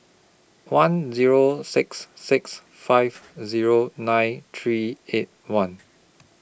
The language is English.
one Zero six six five Zero nine three eight one